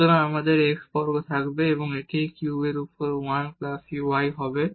সুতরাং আমাদের x বর্গ থাকবে এবং এটি x কিউবের উপর 1 প্লাস y হবে